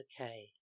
okay